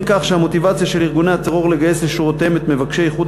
מכך שהמוטיבציה של ארגוני הטרור לגייס לשורותיהם את מבקשי איחוד